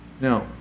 Now